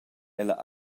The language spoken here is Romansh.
ella